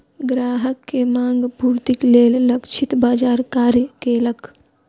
ग्राहक के मांग पूर्तिक लेल लक्षित बाजार कार्य केलक